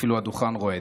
אפילו הדוכן רועד.